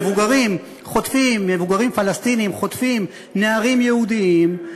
מבוגרים פלסטינים חוטפים נערים יהודים,